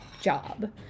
job